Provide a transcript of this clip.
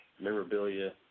memorabilia